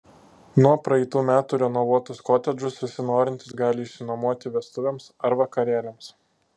nuo praeitų metų renovuotus kotedžus visi norintys gali išsinuomoti vestuvėms ar vakarėliams